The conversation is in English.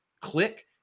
click